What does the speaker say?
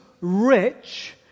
rich